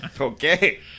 Okay